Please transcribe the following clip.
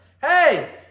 Hey